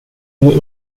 nur